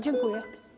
Dziękuję.